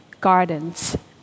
gardens